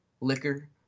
liquor